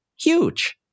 huge